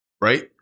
Right